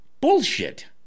bullshit